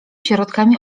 środkami